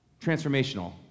transformational